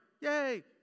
yay